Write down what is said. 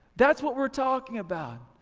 that's what we're talking about.